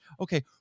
Okay